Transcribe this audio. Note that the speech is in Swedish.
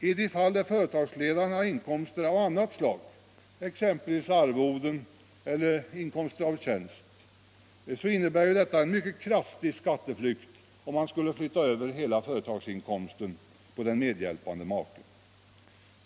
I de fall där företagsledaren har inkomster av annat slag — exempelvis arvode eller inkomst av tjänst — innebär det en mycket kraftig skatteflykt om hela företagsinkomsten skulle överflyttas på den medhjälpande maken.